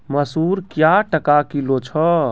मसूर क्या टका किलो छ?